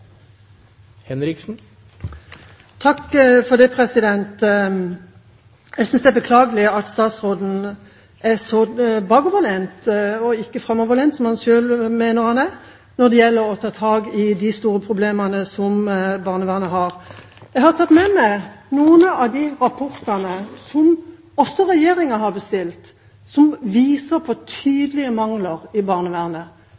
Det åpnes for replikkordskifte. Jeg synes det er beklagelig at statsråden er så bakoverlent og ikke framoverlent, som han selv mener han er når det gjelder å ta tak i de store problemene som barnevernet har. Jeg har tatt med meg noen av de rapportene som også regjeringa har bestilt, som viser